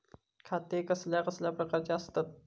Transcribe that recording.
खाते कसल्या कसल्या प्रकारची असतत?